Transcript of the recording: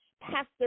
Pastor